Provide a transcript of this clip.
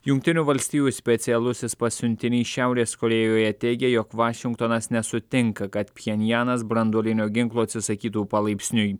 jungtinių valstijų specialusis pasiuntinys šiaurės korėjoje teigė jog vašingtonas nesutinka kad pchenjanas branduolinio ginklo atsisakytų palaipsniui